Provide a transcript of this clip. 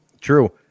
true